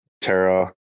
Terra